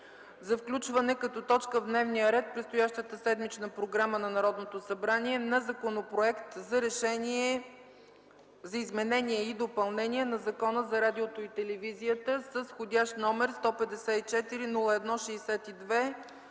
за включване като точка в дневния ред в предстоящата седмична програма на Народното събрание на Законопроект за изменение и допълнение на Закона за радиото и телевизията с вх. № 154-01-62